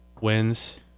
wins